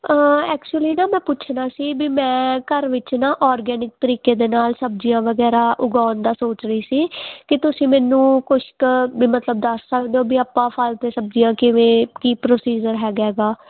actually ਨਾ ਮੈਂ ਪੁੱਛਣਾ ਸੀ ਵੀ ਮੈਂ ਘਰ ਵਿੱਚ ਨਾ ਔਰਗੈਨਿਕ ਤਰੀਕੇ ਦੇ ਨਾਲ ਸਬਜ਼ੀਆਂ ਵਗੈਰਾ ਉਗਾਉਣ ਦਾ ਸੋਚ ਰਹੀ ਸੀ ਕਿ ਤੁਸੀਂ ਮੈਨੂੰ ਕੁਛ ਕੁ ਵੀ ਮਤਲਬ ਦੱਸ ਸਕਦੇ ਹੋ ਵੀ ਆਪਾਂ ਫਲ ਅਤੇ ਸਬਜ਼ੀਆਂ ਕਿਵੇਂ ਕੀ ਪ੍ਰੋਸੀਜਰ ਹੈਗਾ ਇਹਦਾ